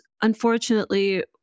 unfortunately